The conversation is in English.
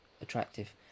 attractive